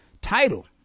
title